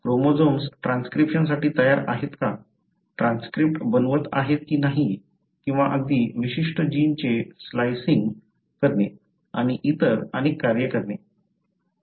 chromosomes ट्रान्सक्रिप्शनसाठी तयार आहे का ट्रान्सक्रिप्ट बनवत आहे कि नाही किंवा अगदी विशिष्ट जीनचे स्लायसिंग करणे आणि इतर अनेक कार्ये करणे